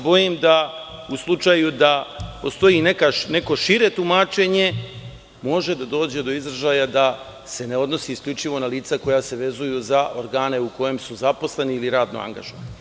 Bojim se da u slučaju da postoji neko šire tumačenje, da može doći do izražaja da se ne odnosi isključivo na lica koja se vezuju za organe u kojem su zaposleni ili radno angažovani.